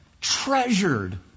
treasured